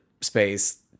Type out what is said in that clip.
space